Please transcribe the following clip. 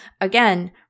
again